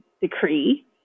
decree